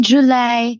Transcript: July